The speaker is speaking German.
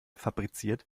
fabriziert